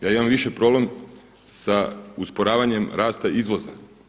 Ja imam više problem sa usporavanjem raste izvoza.